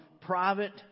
private